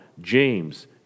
James